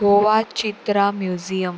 Goa Chitra museum